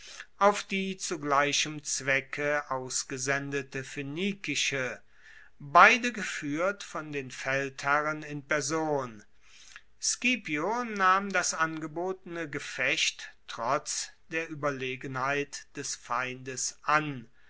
auf die zu gleichem zwecke ausgesendete phoenikische beide gefuehrt von den feldherren in person scipio nahm das angebotene gefecht trotz der ueberlegenheit des feindes an